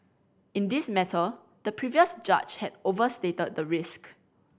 in this matter the previous judge had overstated the risk